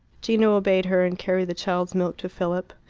gino obeyed her, and carried the child's milk to philip.